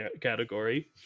category